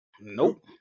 Nope